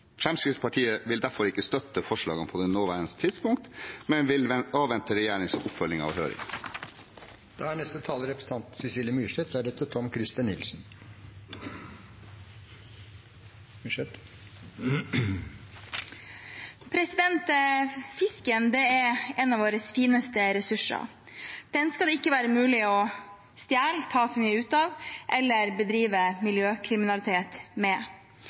derfor ikke støtte forslagene på det nåværende tidspunkt, men vil avvente regjeringens oppfølging av høringen. Fisken er en av våre fineste ressurser. Den skal det ikke være mulig å stjele, ta for mye ut av eller bedrive miljøkriminalitet med.